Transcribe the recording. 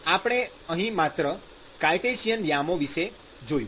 આપણે અહીં માત્ર કાર્ટેશિયન યામો વિષે જોયું